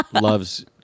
loves